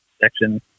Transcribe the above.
section